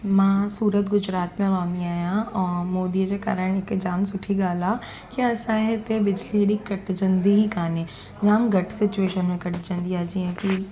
मां सूरत गुजरात में रहंदी आहियां ऐं मोदीअ जे कारणु हिकु जाम सुठी ॻाल्हि आहे की असांजे हिते बिजली हेॾी कटिजंदी ई कान्हे जामु घटि सिचुएशन में घटिजंदी आहे जीअं की